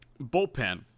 Bullpen